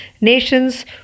nations